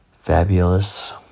fabulous